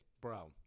Bro